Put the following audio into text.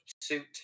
suit